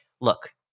look